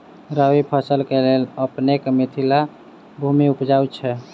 रबी फसल केँ लेल अपनेक मिथिला भूमि उपजाउ छै